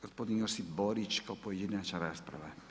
Gospodin Josip Borić, kao pojedinačna rasprava.